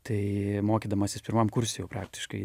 tai mokydamasis pirmam kurse jau praktiškai